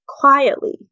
quietly